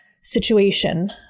situation